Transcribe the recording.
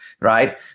right